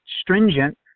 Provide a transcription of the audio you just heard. stringent